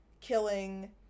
killing